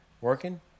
Working